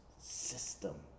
system